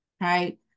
right